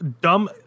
dumb –